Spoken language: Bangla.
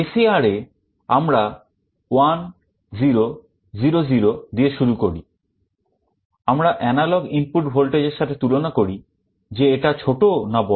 SAR এ আমরা 1 0 0 0 দিয়ে শুরু করি আমরা এনালগ ইনপুট ভল্টেজ এর সাথে তুলনা করি যে এটা ছোট না বড়